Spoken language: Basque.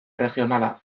erregionala